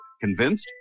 Convinced